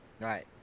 Right